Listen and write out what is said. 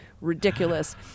ridiculous